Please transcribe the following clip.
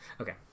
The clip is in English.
okay